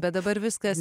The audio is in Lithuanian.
bet dabar viskas